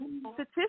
statistics